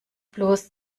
bloß